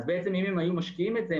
אז בעצם אם הם היו משקיעים את זה,